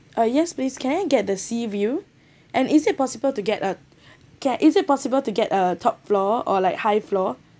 uh yes please can I get the sea view and is it possible to get uh can is it possible to get uh top floor or like high floor